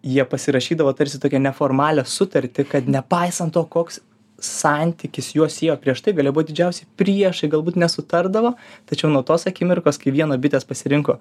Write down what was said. jie pasirašydavo tarsi tokią neformalią sutartį kad nepaisant to koks santykis juos siejo prieš tai galėjo būt didžiausi priešai galbūt nesutardavo tačiau nuo tos akimirkos kai vieno bitės pasirinko